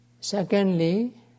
Secondly